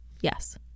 yes